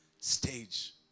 stage